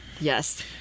Yes